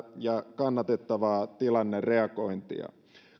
ja kannatettavaa tilannereagointia